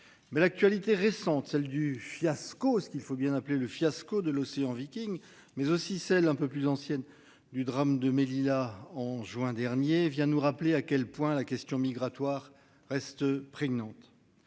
l'actualité récente, celle du fiasco. Ce qu'il faut bien appeler le fiasco de l'Océan Viking mais aussi celle, un peu plus anciennes du drame de Melilla en juin dernier, vient nous rappeler à quel point la question migratoire reste prégnante.